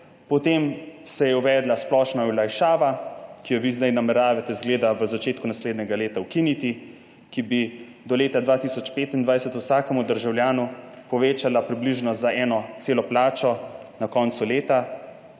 Potem se je uvedla splošna olajšava, ki jo vi zdaj nameravate, izgleda, v začetku naslednjega leta ukiniti, ki bi do leta 2025 vsakemu državljanu povečala približno za eno celo plačo na koncu leta,